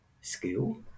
skill